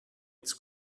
its